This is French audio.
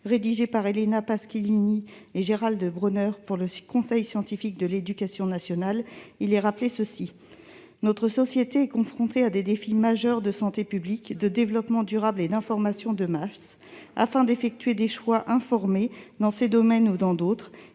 rédigé par Elena Pasquinelli et Gérald Bronner, pour le Conseil scientifique de l'éducation nationale (CSEN), il est rappelé que « Notre société est confrontée à des défis majeurs de santé publique, de développement durable et d'information de masse. Afin d'effectuer des choix informés dans ces domaines ou dans d'autres,